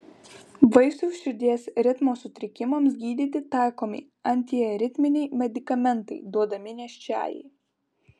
vaisiaus širdies ritmo sutrikimams gydyti taikomi antiaritminiai medikamentai duodami nėščiajai